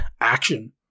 action